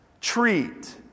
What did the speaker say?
treat